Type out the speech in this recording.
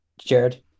jared